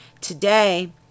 Today